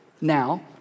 now